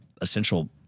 essential